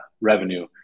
revenue